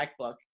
MacBook